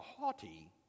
haughty